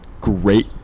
great